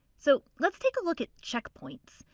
so let's take a look at checkpoints.